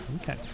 Okay